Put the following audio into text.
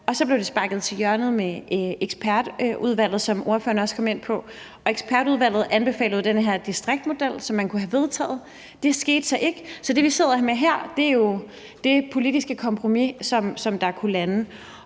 og så blev det sparket til hjørne med ekspertudvalget, som ordføreren også kom ind på. Ekspertudvalget anbefalede jo den her distriktsmodel, som man kunne have vedtaget. Det skete så ikke, så det, vi sidder med her, er jo det politiske kompromis, som kunne landes.